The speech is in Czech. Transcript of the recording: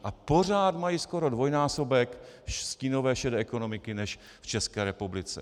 A pořád mají skoro dvojnásobek stínové šedé ekonomiky než v České republice?